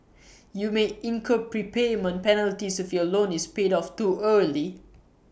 you may incur prepayment penalties if your loan is paid off too early